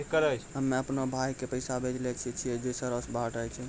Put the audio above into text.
हम्मे अपनो भाय के पैसा भेजै ले चाहै छियै जे शहरो से बाहर रहै छै